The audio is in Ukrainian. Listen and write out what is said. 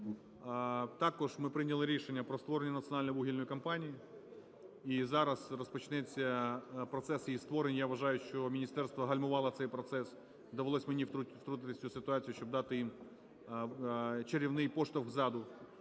Також ми прийняли рішення про створення Національної вугільної компанії, і зараз розпочнеться процес її створення. Я вважаю, що міністерство гальмувало цей процес. Довелось мені втрутитися в цю ситуацію, щоб дати їм чарівний поштовх ззаду,